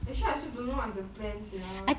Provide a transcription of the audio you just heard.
actually I also don't know what's the plan sia